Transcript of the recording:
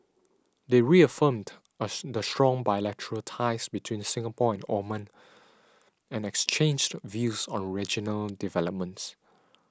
they reaffirmed us the strong bilateral ties between Singapore and Oman and exchanged views on regional developments